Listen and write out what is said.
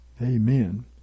Amen